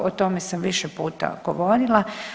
O tome sam više puta govorila.